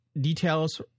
details